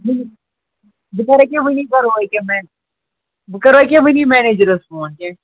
بہٕ کَر ییٚکیٛاہ وٕنی بہٕ کَرو ییٚکیٛاہ وٕنی مٮ۪نیجَرَس فون کیٚنٛہہ چھُنہٕ